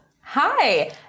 Hi